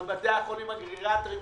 על בתי החולים הגריאטריים.